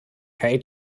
hate